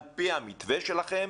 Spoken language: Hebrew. על פי המתווה שלכם,